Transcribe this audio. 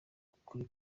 ukuri